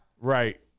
Right